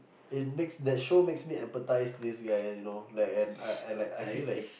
it makes that show makes me emphasize this guy you know and I I feel like